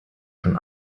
schon